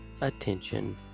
attention